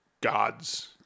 gods